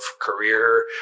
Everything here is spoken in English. career